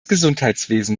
gesundheitswesen